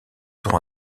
droit